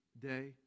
day